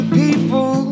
people